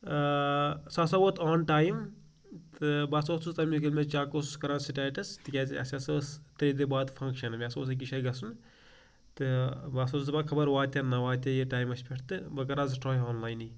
آ سُہ ہَسا ووت آن ٹایم تہٕ بہٕ ہسا اوسُس تَمیُک ییٚلہِ مےٚ چیٚک اوسُس کَران سِٹیٹَس تِکیازِ اَسہِ ہسا ٲس تریٚیہِ دۄہ بعد فَنٛگشَن مےٚ ہَسا اوس أکِس جایہِ گژھُن تہٕ بہٕ ہَسا اوسُس دپان خبر واتہِ ہا نہ واتہِ یہِ ٹایمَس پٮ۪ٹھ تہٕ بہٕ کرٕ آزٕ ٹراے آنلاینٕے